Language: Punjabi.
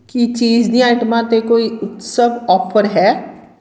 ਕੀ ਚੀਜ਼ ਦੀ ਆਈਟਮਾਂ 'ਤੇ ਕੋਈ ਉਤਸਵ ਓਫ਼ਰ ਹੈ